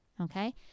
okay